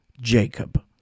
Jacob